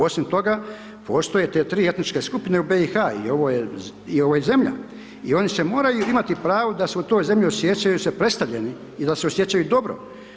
Osim toga, postoje te 3 etničke skupine u BiH i ovo je zemlja i oni se moraju imati pravo da se u toj zemlji osjećaju se predstavljeni i da se osjećaju dobro.